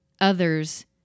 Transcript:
others